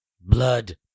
Blood